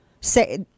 say